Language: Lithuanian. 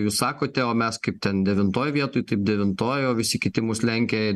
jūs sakote o mes kaip ten devintoj vietoj taip devintoj o visi kiti mus lenkia